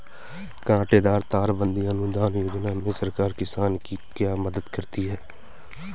कांटेदार तार बंदी अनुदान योजना में सरकार किसान की क्या मदद करती है?